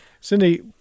Cindy